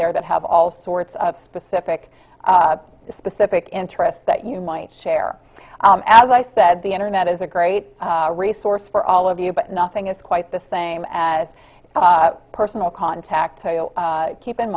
there that have all sorts of specific specific interests that you might share as i said the internet is a great resource for all of you but nothing is quite the same as personal contact so you keep in